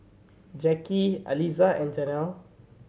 Jacky Aliza and Janell